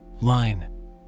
Line